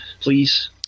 please